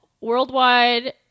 Worldwide